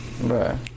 right